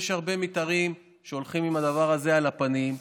יש הרבה מתארים שהולכים עם הדבר הזה על הפנים,